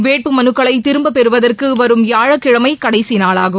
வேட்புமனுக்களை திரும்பப்பெறுவதற்கு வரும் வியாழக்கிழமை கடைசி நாளாகும்